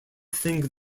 think